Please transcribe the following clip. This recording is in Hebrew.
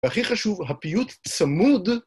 והכי חשוב, הפיוט צמוד.